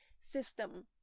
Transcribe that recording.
system